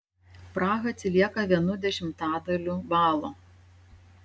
praha atsilieka vienu dešimtadaliu balo